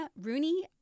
Rooney